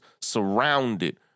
surrounded